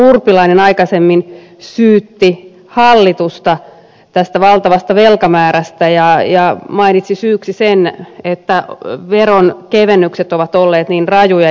urpilainen aikaisemmin syytti hallitusta tästä valtavasta velkamäärästä ja mainitsi syyksi sen että veronkevennykset ovat olleet niin rajuja